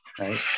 right